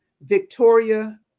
Victoria